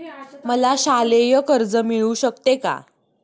मला शालेय कर्ज मिळू शकते का?